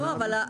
לא.